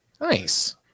Nice